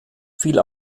fiel